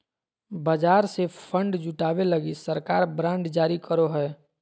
बाजार से फण्ड जुटावे लगी सरकार बांड जारी करो हय